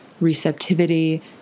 receptivity